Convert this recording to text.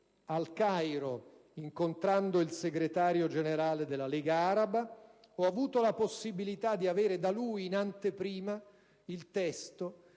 al Cairo, incontrando il Segretario generale della Lega araba, ho avuto la possibilità di avere da lui in anteprima il testo